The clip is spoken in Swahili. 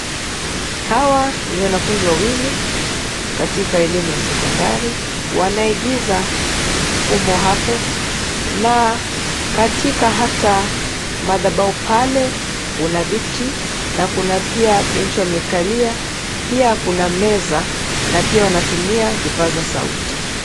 Hawa ni wanafunzi wawili katika elimu ya sekondari. Wanaigiza mfumo hapo na katika hata madhabau pale kuna viti na kuna pia benchi wamekalia. Pia kuna meza na pia wanatumia vipaza sauti.